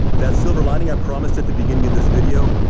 that's silver lining i promised at the beginning of this video,